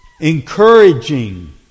Encouraging